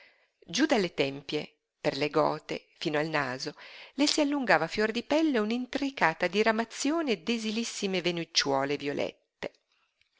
giú dalle tempie per le gote fino al naso le si allungava a fior di pelle un'intricata diramazione d'esilissime venicciuole violette